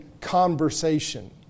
conversation